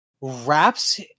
wraps